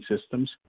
systems